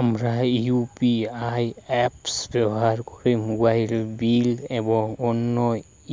আমরা UPI apps ব্যবহার করে মোবাইল বিল এবং অন্যান্য